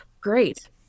Great